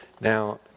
Now